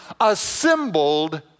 assembled